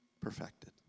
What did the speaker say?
perfected